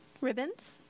Ribbons